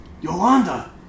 Yolanda